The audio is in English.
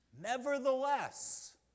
nevertheless